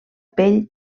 pell